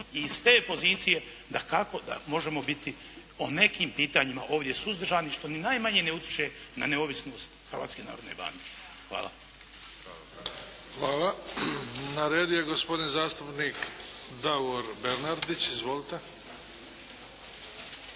i iz te pozicije dakako da možemo biti o nekim pitanjima ovdje suzdržani što ni najmanje ne utječe na neovisnost Hrvatske narodne banke. Hvala. **Bebić, Luka (HDZ)** Hvala. Na redu je gospodin zastupnik Davor Bernardić. Izvolite!